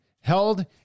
held